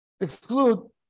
Exclude